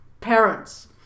parents